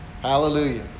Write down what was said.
hallelujah